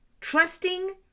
Trusting